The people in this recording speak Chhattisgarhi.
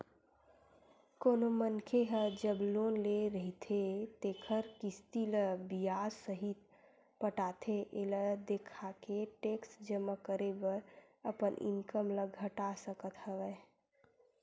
कोनो मनखे ह जब लोन ले रहिथे तेखर किस्ती ल बियाज सहित पटाथे एला देखाके टेक्स जमा करे बर अपन इनकम ल घटा सकत हवय